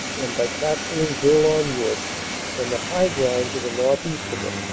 and by capturing bourlon wood and the high ground to the northeast of it.